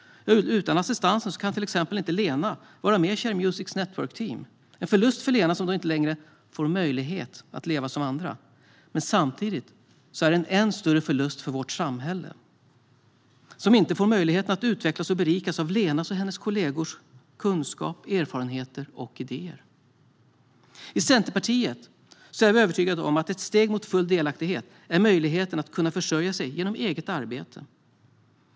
Utan assistansen kan till exempel Lena inte vara med i Share Musics network-team. Det är en förlust för Lena som då inte längre får möjlighet att leva som andra. Samtidigt är det en ännu större förlust för vårt samhälle, som inte får möjlighet att utvecklas och berikas av Lenas och hennes kollegors kunskap, erfarenheter och idéer. I Centerpartiet är vi övertygade om att ett steg mot full delaktighet är att kunna försörja sig genom eget arbete.